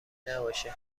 نباشه